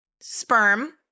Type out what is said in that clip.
sperm